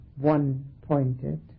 one-pointed